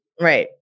Right